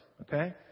okay